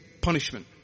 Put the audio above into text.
Punishment